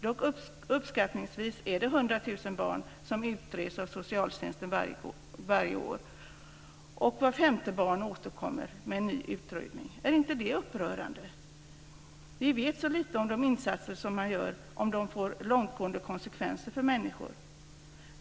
Dock är det uppskattningsvis 100 000 barn som utreds av socialtjänsten varje år, och vart femte barn återkommer för ny utredning. Är inte det upprörande? Vi vet så lite om de insatser som man gör och som får långtgående konsekvenser för människor.